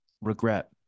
regret